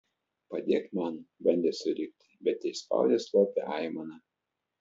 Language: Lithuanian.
padėk man bandė surikti bet teišspaudė slopią aimaną